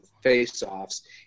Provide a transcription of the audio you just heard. face-offs